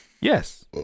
yes